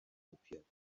appeared